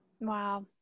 wow